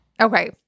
Okay